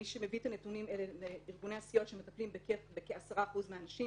מי שמביא את הנתונים אלה ארגוני הסיוע שמטפלים בכ-10% מהנשים